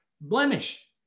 blemish